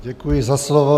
Děkuji za slovo.